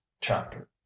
chapter